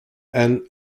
and